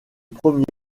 premier